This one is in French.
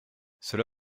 cela